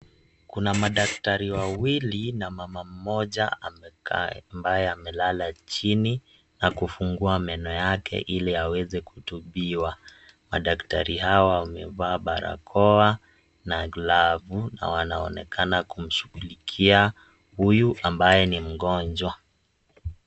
Kuna madaktari wawili na mama mmoja ambaye amelala chini na kufungua meno yake ile aweze kutibiwa, madaktari hawa wamevaa barakoa na glavu na wanaonekana kumshughulikia huyu ambaye ni mgonjwa.